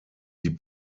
die